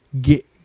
get